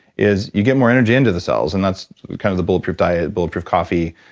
is you get more energy into the cells. and that's kind of the bulletproof diet, bulletproof coffee,